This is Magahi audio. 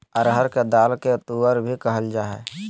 अरहर के दाल के तुअर भी कहल जाय हइ